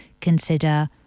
consider